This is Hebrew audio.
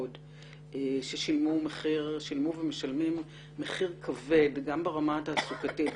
ששילמו ומשלמים מחיר כבד גם ברמה התעסוקתית,